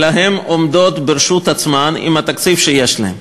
אלא הן עומדות ברשות עצמן עם התקציב שיש להן.